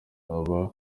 aba